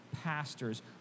pastors